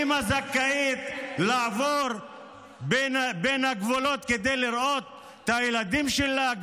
אימא זכאית לעבור בין הגבולות כדי לראות את הילדים שלה.